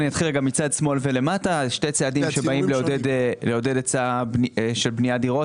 מצד שמאל ולמטה: אלה שני צעדים שבאים לעודד היצע של בניית דירות,